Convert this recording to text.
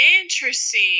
Interesting